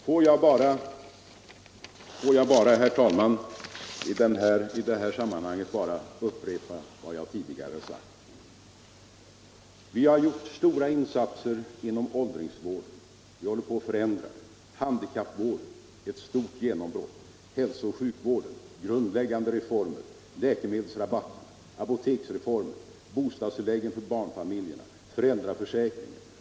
Jag vill, herr talman, i det här sammanhanget upprepa något av vad jag tidigare Sänkning av den har talat om. allmänna pensions Vi har gjort stora insatser inom åldringsvården — vi håller på att förändra — åldern, m.m. den. Handikappvården — det är här frågan om ett stort genombrott. Hälsooch sjukvården — där grundläggande reformer nu håller på att genomföras. Läkemedelsrabatten. Apoteksreformen. Bostadstilläggen för barnfamiljerna. Föräldraförsäkringen.